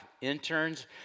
interns